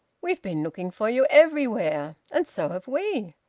we've been looking for you everywhere. and so have we.